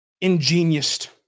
ingenious